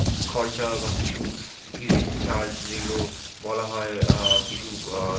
খরচা বা কিছু ভিজিট চার্জ যেগুলো বলা হয় কিছু